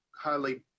highly